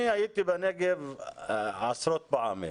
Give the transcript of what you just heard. אני הייתי בנגב עשרות פעמים.